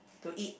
to eat